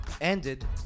ended